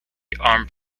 armed